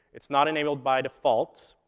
it's not enabled by default